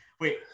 Wait